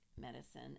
medicine